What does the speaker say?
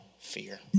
fear